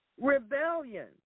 Rebellion